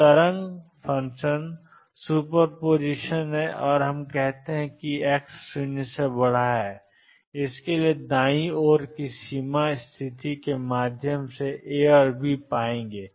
तो तरंग function superposition है और हम एक्स 0 के लिए दाईं ओर सीमा की स्थिति के माध्यम से ए और बी पाएंगे